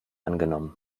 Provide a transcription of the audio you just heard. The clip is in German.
angenommen